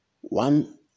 one